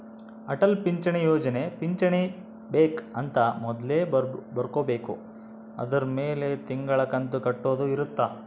ಅಟಲ್ ಪಿಂಚಣಿ ಯೋಜನೆ ಪಿಂಚಣಿ ಬೆಕ್ ಅಂತ ಮೊದ್ಲೇ ಬರ್ಕೊಬೇಕು ಅದುರ್ ಮೆಲೆ ತಿಂಗಳ ಕಂತು ಕಟ್ಟೊದ ಇರುತ್ತ